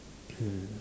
mm